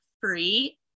free